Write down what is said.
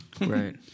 Right